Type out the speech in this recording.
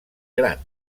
gran